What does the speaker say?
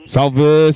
Salve